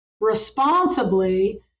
responsibly